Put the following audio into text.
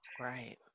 Right